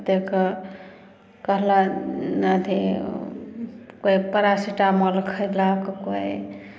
कतेक कहलन अथी कोइ परासिटामोल खेलक कोइ